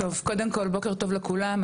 קודם כל בוקר טוב לכולם,